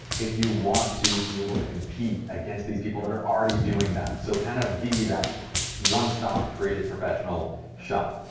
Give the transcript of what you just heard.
if you want to be able to compete against these people that are already doing that, so kind of be that one-stop creative professional shop.